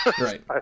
Right